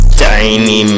tiny